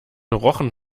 rochen